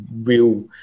real